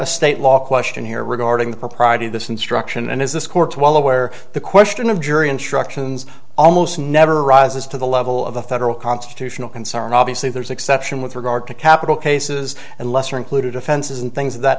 a state law question here regarding the propriety of this instruction and as this court's well aware the question of jury instructions almost never rises to the level of the federal constitutional concern obviously there's exception with regard to capital cases and lesser included offenses and things of that